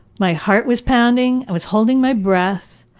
my heart was pounding. i was holding my breath.